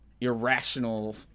irrational